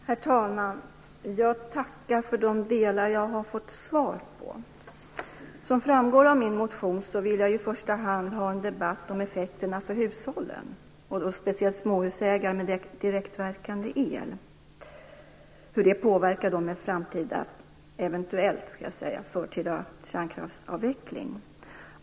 Herr talman! Jag tackar för de svar jag har fått. Som framgår av min interpellation vill jag i första hand ha en debatt om effekterna för hushållen, speciellt för småhusägare med direktverkande el, av en eventuell förtida avveckling av kärnkraften.